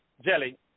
jelly